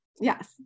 yes